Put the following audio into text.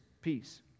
peace